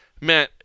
man